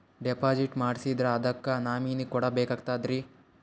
Deposit ಮಾಡ್ಸಿದ್ರ ಅದಕ್ಕ nominee ಕೊಡಬೇಕಾಗ್ತದ್ರಿ?